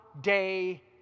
day